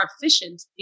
efficient